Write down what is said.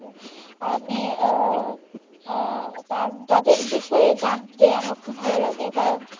আমি তার তাদের বিষয়ে জানতে আমার খুব ভালো লাগে কারণ